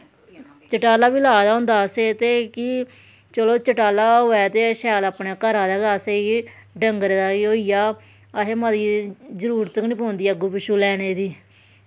शटाला बी लाए दा होंदा कि चलो शटाला होऐ ते शैल अपने घरा दा गै असेंगी डंगरें दा होई जा असैं मती जरूरत गै निं पौंदी अगूं पिच्छूं लैने दी